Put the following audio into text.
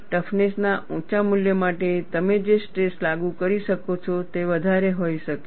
toughness ના ઊંચા મૂલ્ય માટે તમે જે સ્ટ્રેસ લાગુ કરી શકો તે વધારે હોઈ શકે છે